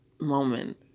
moment